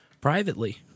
privately